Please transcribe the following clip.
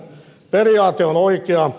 periaate on oikea